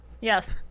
Yes